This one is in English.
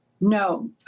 No